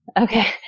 okay